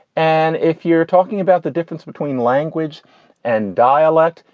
and if you're talking about the difference between language and dialect,